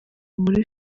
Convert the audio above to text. muri